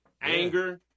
anger